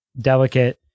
delicate